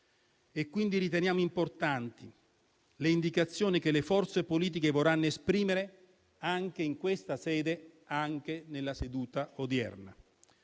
e quindi riteniamo importanti le indicazioni che le forze politiche vorranno esprimere anche in questa sede, anche nella seduta odierna.